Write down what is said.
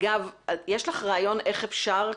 יש לך רעיון איך אפשר,